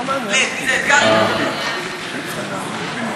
המדינה מעדיפה כסף מהיר על פני תהליך שהוא קצת